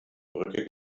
brücke